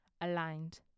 aligned